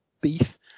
beef